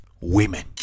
women